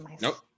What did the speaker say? Nope